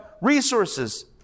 resources